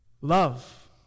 Love